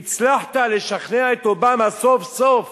והצלחת לשכנע את אובמה סוף-סוף